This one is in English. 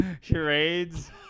charades